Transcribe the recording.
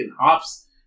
hops